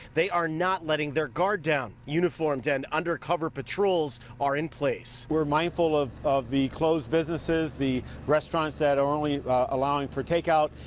they are not letting their guard down. uniformed and undercover patrols are in place. we're mindful of of the closed businesses, restaurants restaurants that are only allowing for take out.